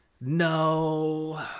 No